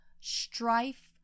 strife